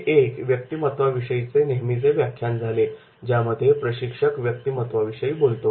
हे एक व्यक्तिमत्वाविषयीचे नेहमीचे व्याख्यान झाले ज्यामध्ये प्रशिक्षक व्यक्तिमत्त्वाविषयी बोलतो